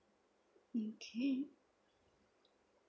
okay